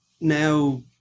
now